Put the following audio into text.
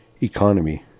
economy